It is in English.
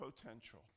potential